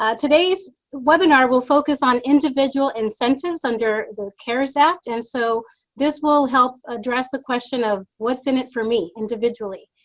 ah today's webinar will focus on individual incentives under the cares act. and so this will help address the question of, what's in it for me individually?